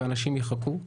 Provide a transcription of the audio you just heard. ואנשים יחכו,